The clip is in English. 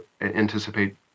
anticipate